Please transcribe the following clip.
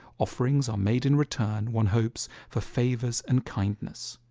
offerings are made in return one hopes for favors and kindness.